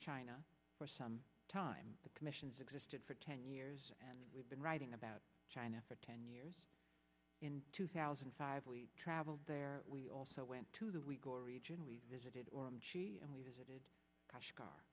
china for some time the commissions existed for ten years and we've been writing about china for ten years in two thousand and five we traveled there we also went to the we go region we visited or him she and we visited